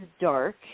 dark